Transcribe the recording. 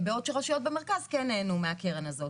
בעוד שרשויות במרכז כן נהנו מהקרן הזאת.